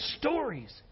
stories